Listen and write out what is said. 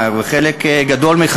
חבר הכנסת חיים ילין,